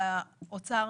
שזה תואם לתוכניות.